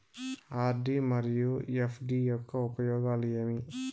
RD మరియు FD యొక్క ఉపయోగాలు ఏమి?